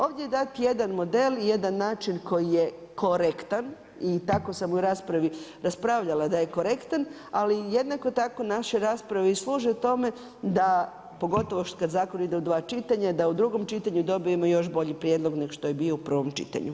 Ovdje je dat jedan model, jedan način koji je korektan i tako sam u raspravi raspravljala da je korektan ali jednako tako naše rasprave i služe tome da pogotovo kad zakon ide u dva čitanja, da u drugom čitanju dobijemo još bolji prijedlog nego što je bio u prvom čitanju.